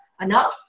enough